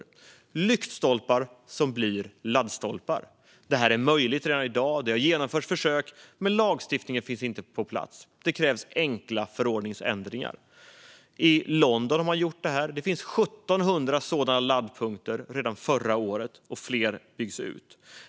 Det handlade om lyktstolpar som blir laddstolpar. Detta är möjligt redan i dag, och det har genomförts försök. Lagstiftningen finns dock inte på plats. Det krävs enkla förordningsändringar. I London har man gjort detta - redan förra året fanns det 1 700 sådana laddpunkter, och fler byggs.